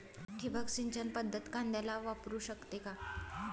ठिबक सिंचन पद्धत कांद्याला वापरू शकते का?